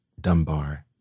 Dunbar